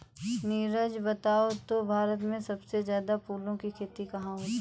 नीरज बताओ तो भारत में सबसे ज्यादा फूलों की खेती कहां होती है?